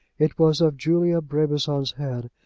it was of julia brabazon's head,